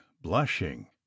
blushing